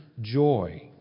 joy